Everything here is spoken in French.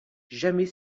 jamais